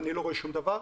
אני לא רואה שום דבר.